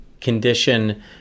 condition